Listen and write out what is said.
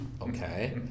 Okay